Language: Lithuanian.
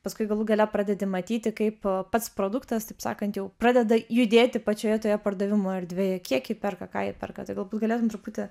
paskui galų gale pradedi matyti kaip pats produktas taip sakant jau pradeda judėti pačioje toje pardavimo erdvėje kiek jį perka ką jį perka galbūt galėtum truputį